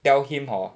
tell him hor